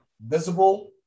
visible